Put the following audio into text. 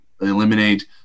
eliminate